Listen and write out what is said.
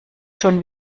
schon